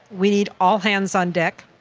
we need all hands on deck,